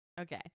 Okay